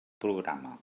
programa